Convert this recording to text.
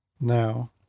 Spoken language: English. Now